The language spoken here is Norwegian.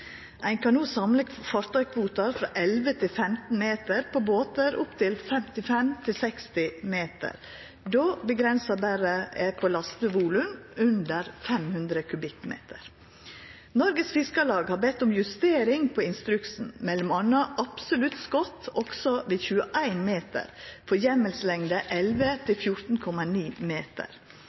Ein kan no samle fartøykvoter frå 11–15 meter på båtar opptil 55-60 meter, då begrensinga berre er på lastevolum under 500 m3. Noregs Fiskarlag har bedt om justering på instruksen mellom anna absolutt skott ved 21 meter for hjemmelslengde